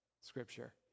Scripture